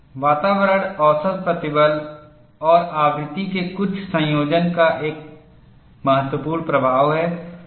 वातावरण औसत प्रतिबल और आवृत्ति के कुछ संयोजन का एक महत्वपूर्ण प्रभाव है